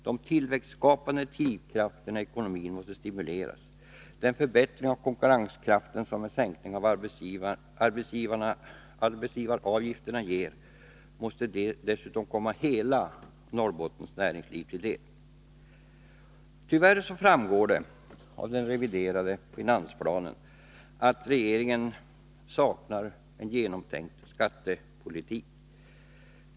De tillväxtskapande drivkrafterna i ekonomin måste stimuleras. Den förbättring av konkurrenskraften som en sänkning av arbetsgivaravgifterna ger måste dessutom komma hela Norrbottens näringsliv till del. Tyvärr framgår det av den reviderade finansplanen att regeringen saknar en genomtänkt skattepolitik.